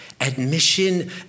admission